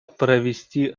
провести